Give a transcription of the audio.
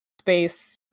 space